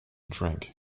drink